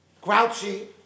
grouchy